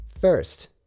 First